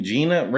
Gina